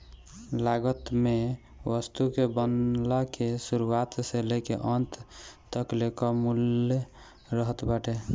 लागत में वस्तु के बनला के शुरुआत से लेके अंत तकले कअ मूल्य रहत बाटे